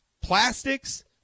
Plastics